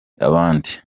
abandi